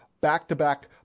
back-to-back